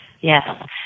Yes